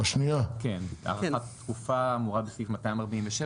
הארכת התקופה האמורה בסעיף 247,